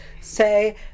say